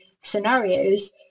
scenarios